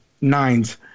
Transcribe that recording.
nines